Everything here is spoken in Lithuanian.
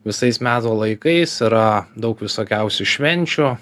visais metų laikais yra daug visokiausių švenčių